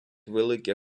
великі